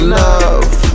love